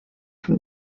from